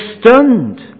stunned